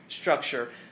structure